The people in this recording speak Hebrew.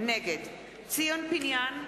נגד ציון פיניאן,